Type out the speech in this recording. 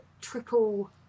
triple